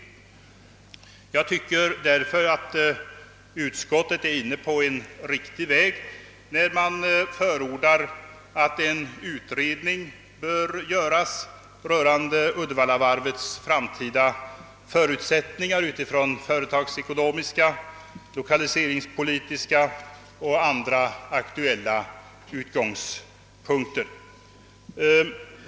Enligt min mening är utskottet därför inne på en riktig väg när det förordar att en utredning göres rörande Uddevallavarvets framtida förutsättningar från företagsekonomiska, lokaliseringspolitiska och andra aktuella utgångspunkter.